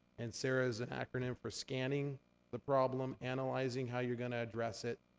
and sara is an acronym for scanning the problem, analyzing how you're gonna address it,